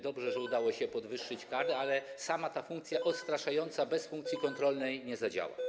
Dobrze, że udało się podwyższyć kary, ale sama funkcja odstraszająca bez funkcji kontrolnej nie zadziała.